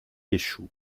échoue